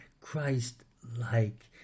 Christ-like